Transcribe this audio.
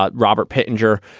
but robert pittenger,